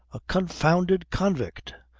a confounded convict,